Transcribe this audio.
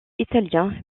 italien